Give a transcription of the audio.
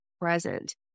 present